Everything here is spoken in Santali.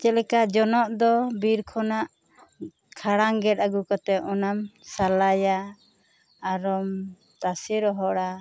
ᱡᱮ ᱞᱮᱠᱟ ᱡᱚᱱᱚᱜ ᱫᱚ ᱵᱤᱨ ᱠᱷᱚᱱᱟᱜ ᱠᱷᱟᱲᱟᱝ ᱜᱮᱫ ᱟᱹᱜᱩ ᱠᱟᱛᱮᱜ ᱚᱱᱟᱢ ᱥᱟᱞᱟᱭᱟ ᱟᱨᱚᱢ ᱛᱟᱥᱮ ᱨᱚᱦᱚᱲᱟ